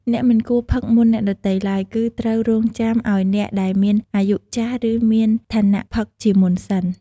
អ្នកមិនគួរផឹកមុនអ្នកដទៃឡើយ គឺត្រូវរងចាំឲ្យអ្នកដែមមានអាយុចាស់ ឬអ្នកមានឋានៈផឹកជាមុនសិន។